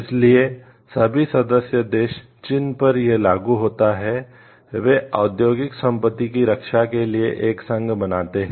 इसलिए सभी सदस्य देश जिन पर यह लागू होता है वे औद्योगिक संपत्ति की रक्षा के लिए एक संघ बनाते हैं